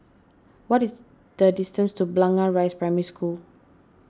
what is the distance to Blangah Rise Primary School